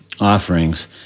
offerings